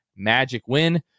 MAGICWIN